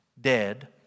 dead